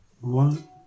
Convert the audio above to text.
one